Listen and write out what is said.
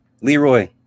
Leroy